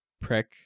prick